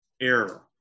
error